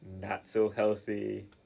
not-so-healthy